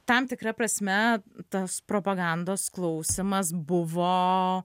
tam tikra prasme tas propagandos klausymas buvo